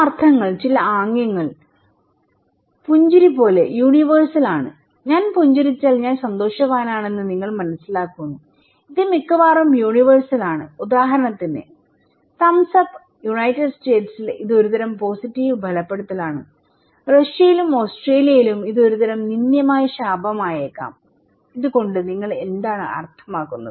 ചില അർത്ഥങ്ങൾ ചില ആംഗ്യങ്ങൾ പുഞ്ചിരി പോലെ യൂണിവേഴ്സൽ ആണ്ഞാൻ പുഞ്ചിരിച്ചാൽ ഞാൻ സന്തോഷവാനാണെന്ന് നിങ്ങൾ മനസ്സിലാക്കുന്നുഇത് മിക്കവാറും യൂണിവേഴ്സൽ ആണ് ഉദാഹരണത്തിന് തംബ്സ് അപ്പ് യുണൈറ്റഡ് സ്റ്റേറ്റ്സിൽ ഇത് ഒരുതരം പോസിറ്റീവ് ബലപ്പെടുത്തലാണ് റഷ്യയിലും ഓസ്ട്രേലിയയിലും ഇത് ഒരു നിന്ദ്യമായ ശാപമായേക്കാം ഇത് കൊണ്ട് നിങ്ങൾ എന്താണ് അർത്ഥമാക്കുന്നത്